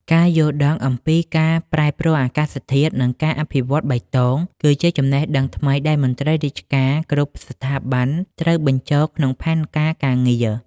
ការយល់ដឹងអំពីការប្រែប្រួលអាកាសធាតុ និងការអភិវឌ្ឍបៃតង គឺជាចំណេះដឹងថ្មីដែលមន្ត្រីរាជការគ្រប់ស្ថាប័នត្រូវបញ្ចូលក្នុងផែនការការងារ។